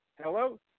Hello